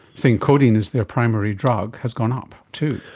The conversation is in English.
saying codeine is their primary drug has gone up too.